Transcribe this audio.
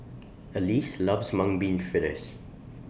Elease loves Mung Bean Fritters